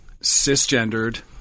cisgendered